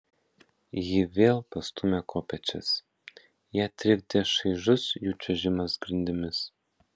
ji vėl pastūmė kopėčias ją trikdė šaižus jų čiuožimas grindimis